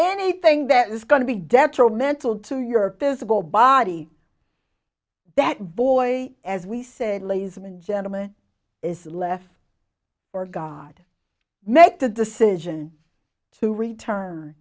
anything that is going to be detrimental to your physical body that boy as we said ladies and gentlemen is left or god make the decision to return